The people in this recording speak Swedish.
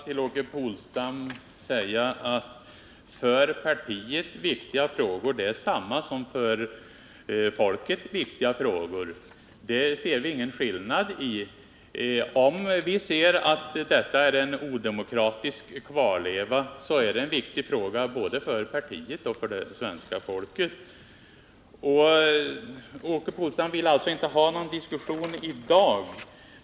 Herr talman! Jag skall bara säga till Åke Polstam att för partiet viktiga frågor är detsamma som för folket viktiga frågor. Där ser vi ingen skillnad. Om detta är en odemokratisk kvarleva, så är det en viktig fråga både för partiet och för det svenska folket att den avskaffas. Åke Polstam vill alltså inte ha någon diskussion i dag.